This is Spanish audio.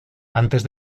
antes